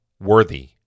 worthy